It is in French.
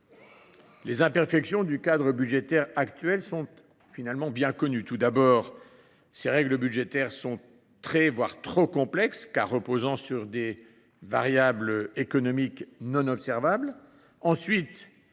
Les imperfections du cadre budgétaire actuel sont bien connues. Tout d’abord, ces règles budgétaires sont très – voire trop – complexes, car elles reposent sur des variables économiques non observables.